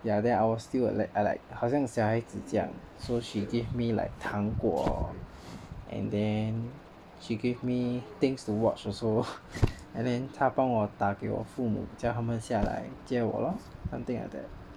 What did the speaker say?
ya then I was still like I like 好像小孩子这样 so she gave me like 糖果 and then she gave me things to watch also and then 她帮我打给我父母叫他们下来接我 lor something like that